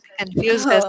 confused